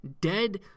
dead